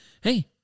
hey